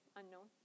unknown